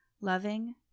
loving